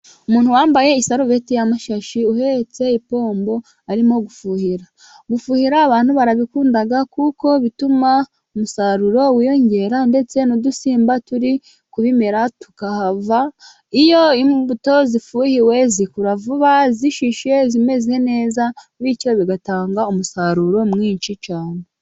Umuntu wambaye isarubeti y'amashashi uhetse ipombo, arimo gufuhira. Gufuhira abantu barabikunda kuko bituma umusaruro wiyongera, ndetse n'udusimba turi ku bibimera tukahava, iyo imbuto zifuhiwe zikura vuba zishishe, zimeze neza, bityo bigatanga umusaruro mwinshi cyane.